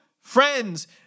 friends